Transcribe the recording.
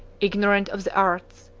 ignorant of the arts,